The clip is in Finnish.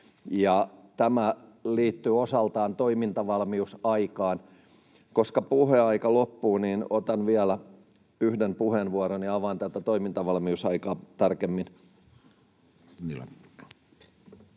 tämä liittyy osaltaan toimintavalmiusaikaan. — Koska puheaika loppuu, niin otan vielä yhden puheenvuoron ja avaan tätä toimintavalmiusaikaa tarkemmin.